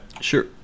sure